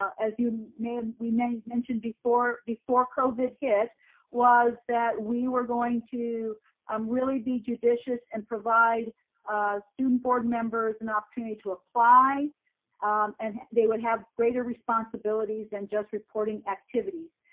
as you know we may have mentioned before before covid hit was that we were going to um really be judicious and provide student board members an opportunity to apply and they would have greater responsibilities than just reporting activities.